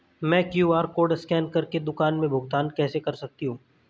मैं QR code scan कर के दुकान में भुगतान कैसे कर सकती हूँ?